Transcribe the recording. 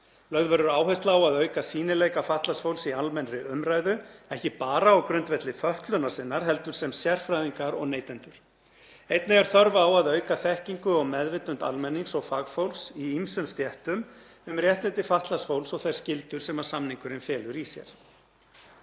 Lögð verður áhersla á að auka sýnileika fatlaðs fólks í almennri umræðu, ekki bara á grundvelli fötlunar sinnar heldur sem sérfræðingar og neytendur. Einnig er þörf á að auka þekkingu og meðvitund almennings og fagfólks í ýmsum stéttum um réttindi fatlaðs fólks og þær skyldur sem samningurinn felur í sér.